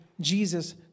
Jesus